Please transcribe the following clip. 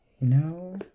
No